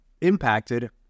impacted